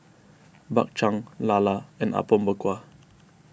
Bak Chang Lala and Apom Berkuah